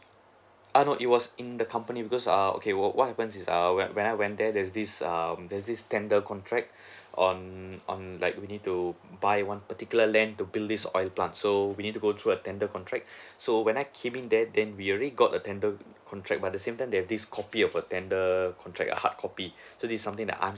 uh no it was in the company because err okay what what happens is err when when I went there this um there's this tender contract on on like we need to buy one particular land to built this oil plant so we need to go through a tender contract so when I came in there then we already got the tender contract but at the same time there's this copy of a tender contract a hardcopy so this is something that I'm